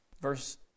verse